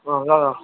अँ ल ल